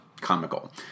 comical